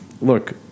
look